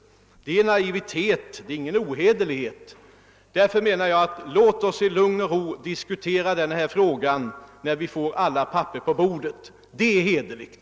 Detta är inte ohederligt men naivt. Låt oss i lugn och ro diskutera denna fråga när vi får alla papper på bordet!